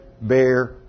bear